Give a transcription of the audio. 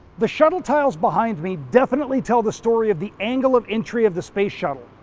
the shuttle tiles behind me definitely tell the story of the angle of entry of the space shuttle.